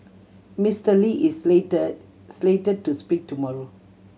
Mister Lee is slate slated to speak tomorrow